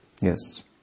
Yes